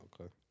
Okay